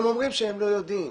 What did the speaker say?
הם אומרים שהם לא יודעים.